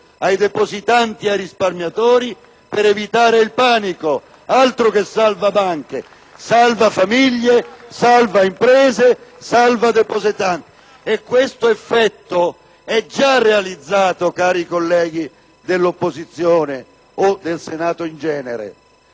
ai depositanti ed ai risparmiatori per evitare il panico. *(Applausi dal Gruppo PdL).* Altro che salva banche: salva famiglie, salva imprese, salva depositanti; e questo effetto si è già realizzato, cari colleghi dell'opposizione o del Senato in genere: